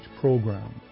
Program